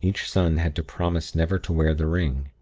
each son had to promise never to wear the ring.